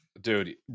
Dude